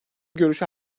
görüşü